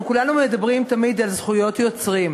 אנחנו כולנו מדברים תמיד על זכויות יוצרים,